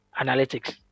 analytics